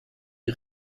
die